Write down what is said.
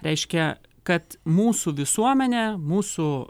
reiškia kad mūsų visuomenė mūsų